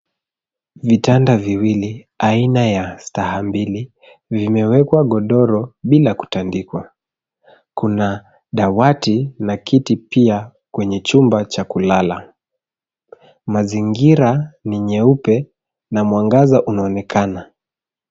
Vitanda viwili aina ya staha mbili vimewekwa godoro bila kutandikwa. Kuna dawati na kiti pia kwenye chumba cha kulala. Mazingira ni nyeupe na mwangaza unaonekana.